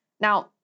Now